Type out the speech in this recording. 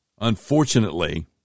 unfortunately